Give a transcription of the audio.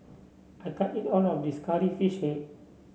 I can't eat all of this Curry Fish Head